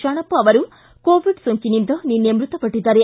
ಶಾಣಪ್ಪ ಅವರು ಕೋವಿಡ್ ಸೋಂಕಿನಿಂದ ನಿನ್ನೆ ಮೃತಪಟ್ಟಿದ್ದಾರೆ